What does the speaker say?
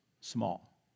small